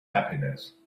happiness